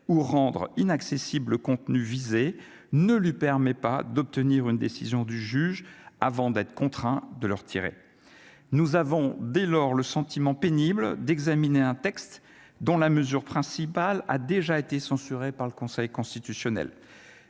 ou rendre inaccessible visés ne lui permet pas d'obtenir une décision du juge, avant d'être contraint de le retirer, nous avons, dès lors, le sentiment pénible d'examiner un texte dont la mesure principale, a déjà été censuré par le Conseil constitutionnel,